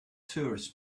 tourists